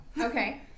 Okay